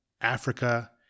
Africa